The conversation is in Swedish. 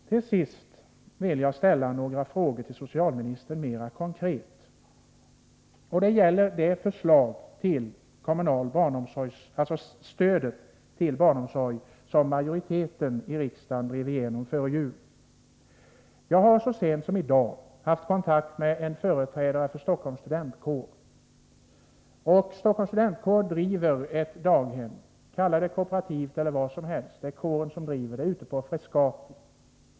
Till sist vill jag ställa några mer konkreta frågor till socialministern. Det gäller de regler för stödet till kommunal barnomsorg som majoriteten i riksdagen drev igenom före jul. Jag har så sent som i dag haft kontakt med en företrädare för Stockholms studentkår. Kåren driver ett daghem — kalla det kooperativt eller vad som helst — ute på Frescati.